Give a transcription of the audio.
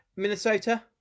Minnesota